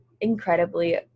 incredibly